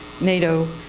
NATO